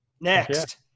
Next